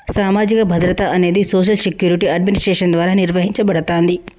సామాజిక భద్రత అనేది సోషల్ సెక్యూరిటీ అడ్మినిస్ట్రేషన్ ద్వారా నిర్వహించబడతాంది